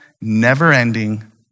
never-ending